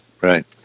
Right